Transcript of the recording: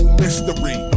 mystery